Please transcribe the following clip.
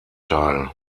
teil